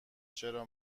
چرا